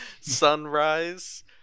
Sunrise